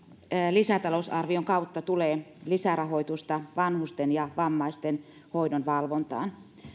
lisätalousarvion kautta tulee lisärahoitusta vanhusten ja vammaisten hoidon valvontaan